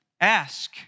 ask